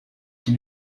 qui